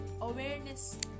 awareness